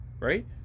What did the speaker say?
Right